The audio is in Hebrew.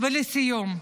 ולסיום,